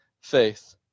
faith